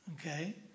okay